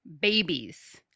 babies